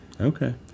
Okay